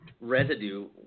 residue